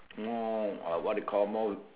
more what you call more